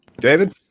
David